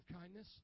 kindness